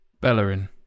Bellerin